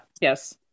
yes